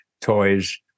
toys